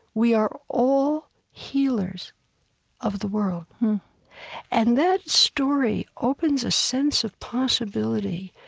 we are all healers of the world and that story opens a sense of possibility.